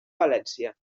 valència